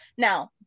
Now